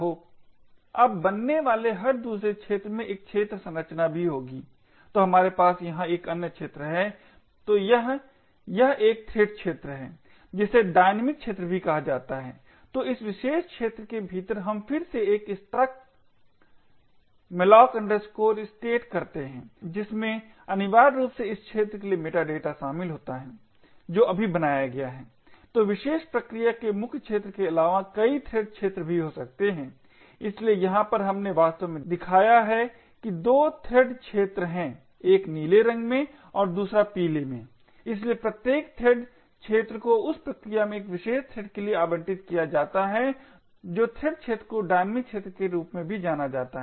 अब बनने वाले हर दूसरे क्षेत्र में एक क्षेत्र संरचना भी होगी तो हमारे पास यहाँ एक अन्य क्षेत्र है तो यह यह एक थ्रेड क्षेत्र है जिसे डायनामिक क्षेत्र भी कहा जाता है तो इस विशेष थ्रेड क्षेत्र के भीतर हम फिर से एक struck malloc state करते हैं जिसमें अनिवार्य रूप से इस क्षेत्र के लिए मेटा डेटा शामिल होता है जो अभी बनाया गया है तो विशेष प्रक्रिया के मुख्य क्षेत्र के अलावा कई थ्रेड क्षेत्र भी हो सकते हैं इसलिए यहां पर हमने वास्तव में दिखाया है कि 2 थ्रेड क्षेत्र हैं एक नीले रंग में और दूसरा पीले में इसलिए प्रत्येक थ्रेड क्षेत्र को उस प्रक्रिया में एक विशेष थ्रेड के लिए आवंटित किया जाता है तो थ्रेड क्षेत्र को डायनामिक क्षेत्र के रूप में भी जाना जाता है